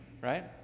right